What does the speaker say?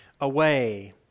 away